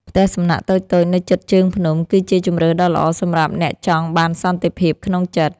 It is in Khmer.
ផ្ទះសំណាក់តូចៗនៅជិតជើងភ្នំ គឺជាជម្រើសដ៏ល្អសម្រាប់អ្នកចង់បានសន្តិភាពក្នុងចិត្ត។